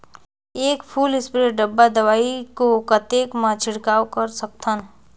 एक full spray डब्बा दवाई को कतेक म छिड़काव कर सकथन?